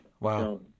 Wow